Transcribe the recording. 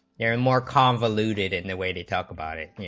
yeah and more convoluted and the way to talk about it